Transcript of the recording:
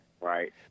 Right